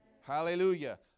Hallelujah